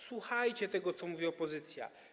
Słuchajcie tego, co mówi opozycja.